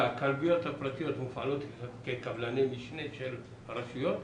הכלביות הפרטיות מופעלות כקבלני משנה של הרשויות?